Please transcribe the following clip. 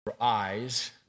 eyes